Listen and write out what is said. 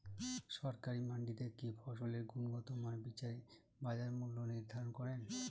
সরকারি মান্ডিতে কি ফসলের গুনগতমান বিচারে বাজার মূল্য নির্ধারণ করেন?